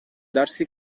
darsi